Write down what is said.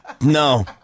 No